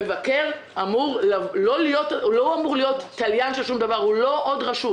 מבקר לא אמור תליין של שום דבר, הוא לא עוד רשות.